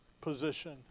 position